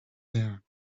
there